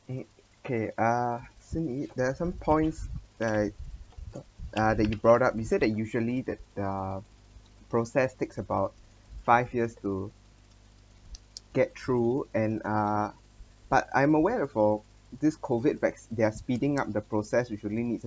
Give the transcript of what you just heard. okay uh cindy there are some points that uh that you brought up you said it usually their process takes about five years to get through and uh but I am aware for this COVID vaccine they're speeding up the process usually needs